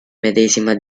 medesima